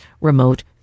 remote